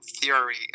theory